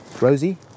Rosie